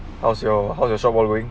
how's your how's your shop on going